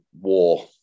war